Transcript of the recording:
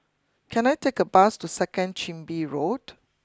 can I take a bus to second Chin Bee Road